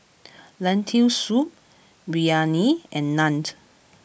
Lentil Soup Biryani and Naan